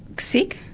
sick,